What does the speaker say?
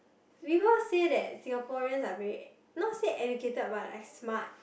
people say that Singaporeans are very not say educated but like smart